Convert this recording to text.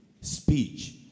speech